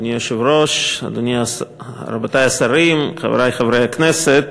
אדוני היושב-ראש, רבותי השרים, חברי חברי הכנסת,